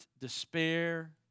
despair